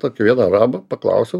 tokį vieną arabą paklausiau